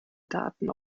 daten